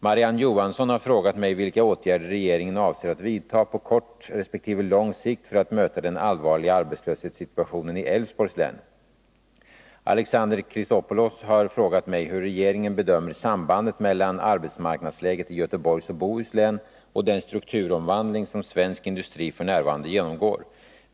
Marie-Ann Johansson har frågat mig vilka åtgärder regeringen avser att vidta på kort resp. lång sikt för att möta den allvarliga arbetslöshetssituationen i Älvsborgs län. Alexander Chrisopoulos har frågat mig hur regeringen bedömer sambandet mellan arbetsmarknadsläget i Göteborgs och Bohus län och den strukturomvandling som svensk industri f. n. genomgår.